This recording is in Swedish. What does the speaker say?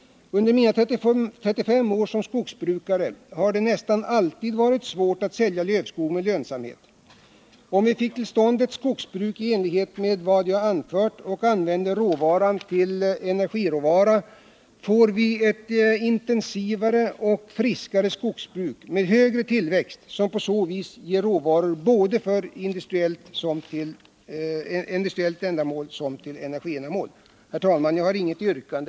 Under mina 35 år som skogsbrukare har det nästan alltid varit svårt att sälja lövskog med lönsamhet. Om vi fick till stånd ett skogsbruk i enlighet med det förslag som jag anfört och använde råvaran som energiråvara, skulle vi få ett intensivare och friskare skogsbruk med bättre tillväxt, vilket på så vis kunde ge råvaror för såväl industriella ändamål som energiändamål. Jag har inget yrkande.